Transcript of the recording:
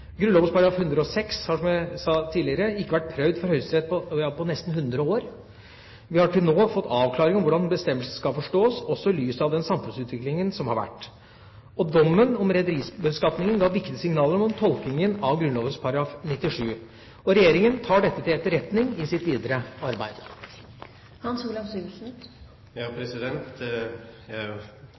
106 har, som jeg sa tidligere, ikke vært prøvd for Høyesterett på nesten 100 år. Vi har til nå fått avklaringer om hvordan bestemmelsen skal forstås, også i lys av den samfunnsutviklingen som har vært. Dommen om rederibeskatningen ga viktige signaler om tolkingen av Grunnloven § 97. Regjeringa tar dette til etterretning i sitt videre